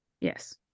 Yes